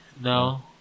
No